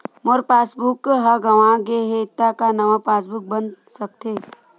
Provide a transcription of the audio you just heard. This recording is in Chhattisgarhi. मोर पासबुक ह गंवा गे हे त का नवा पास बुक बन सकथे?